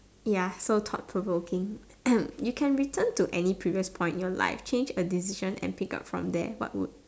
ya so thought provoking you can return to any previous point in your life change a decision and pick up from there what would